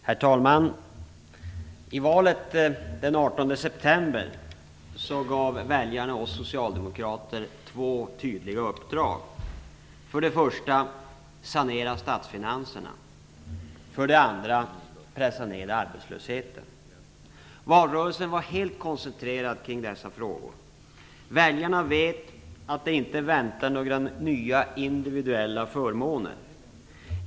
Herr talman! I valet den 18 september gav väljarna oss socialdemokrater två tydliga uppdrag. För det första: Sanera statsfinanserna. För det andra: Pressa ner arbetslösheten. Valrörelsen var helt koncentrerad på dessa frågor. Väljarna vet att det inte väntar några nya individuella förmåner.